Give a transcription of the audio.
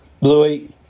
Louis